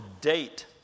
date